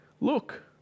Look